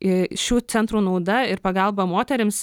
ir šių centrų nauda ir pagalba moterims